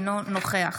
אינו נוכח